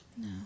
No